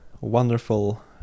wonderful